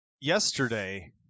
yesterday